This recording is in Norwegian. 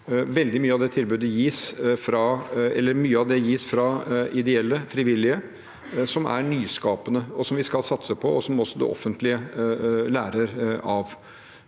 Veldig mye av det gis fra ideelle frivillige, som er nyskapende, som vi skal satse på, og som også det offentlige lærer av.